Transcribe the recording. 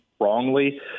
wrongly